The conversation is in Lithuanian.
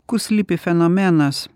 kur slypi fenomenas